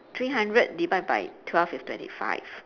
three hundred divide by twelve is twenty five